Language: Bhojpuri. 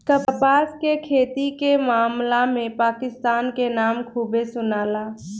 कपास के खेती के मामला में पाकिस्तान के नाम खूबे सुनाला